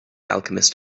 alchemist